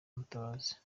mutabazi